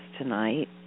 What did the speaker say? tonight